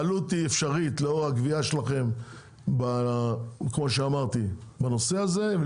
העלות היא אפשרית, לאור הגבייה שלכם בנושא הזה.